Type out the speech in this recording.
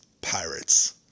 pirates